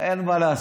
אין מה לעשות.